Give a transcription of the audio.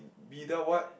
middle what